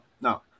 no